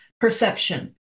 perception